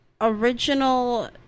original